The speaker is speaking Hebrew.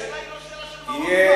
השאלה היא לא שאלה של מהות כבר.